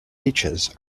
beaches